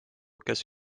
kes